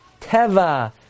teva